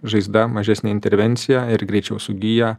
žaizda mažesnė intervencija ir greičiau sugyja